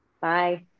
Bye